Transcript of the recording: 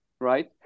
right